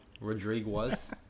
Rodriguez